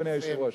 אדוני היושב-ראש.